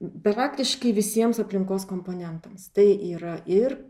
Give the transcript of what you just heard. bet faktiškai visiems aplinkos komponentams tai yra ir